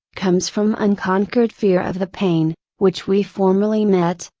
comes from unconquered fear of the pain, which we formerly met,